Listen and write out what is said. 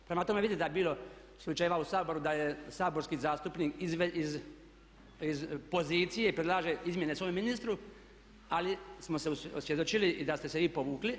Prema tome, vidite da je bilo slučajeva u Saboru da je saborski zastupnik iz pozicije predlagao izmjene svome ministru ali smo se osvjedočili i da ste se vi povukli.